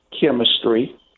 chemistry